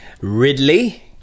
Ridley